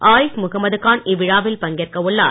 ஆரிஃப் முகமதுகான் இவ்விழாவில் பங்கேற்க உள்ளார்